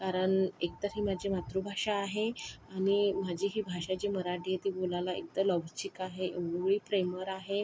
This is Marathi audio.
कारण एकतर ही माझी मातृभाषा आहे आणि माझी ही भाषा जी मराठी आहे ती बोलायला एकतर लवचिक आहे मुळी प्रेमळ आहे